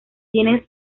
tienen